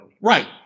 Right